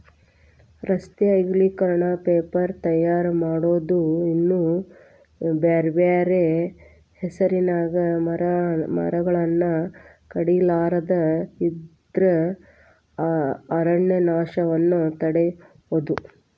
ರಸ್ತೆ ಅಗಲೇಕರಣ, ಪೇಪರ್ ತಯಾರ್ ಮಾಡೋದು ಇನ್ನೂ ಬ್ಯಾರ್ಬ್ಯಾರೇ ಹೆಸರಿನ್ಯಾಗ ಮರಗಳನ್ನ ಕಡಿಲಾರದ ಇದ್ರ ಅರಣ್ಯನಾಶವನ್ನ ತಡೇಬೋದು